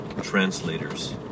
translators